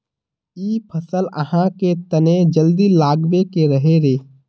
इ फसल आहाँ के तने जल्दी लागबे के रहे रे?